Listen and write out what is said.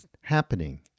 happening